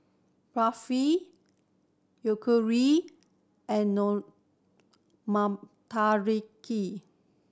Barfi Yakitori and Motoyaki